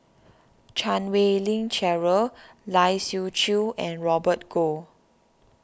Chan Wei Ling Cheryl Lai Siu Chiu and Robert Goh